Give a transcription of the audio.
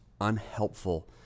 unhelpful